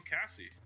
Cassie